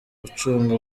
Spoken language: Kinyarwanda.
gucunga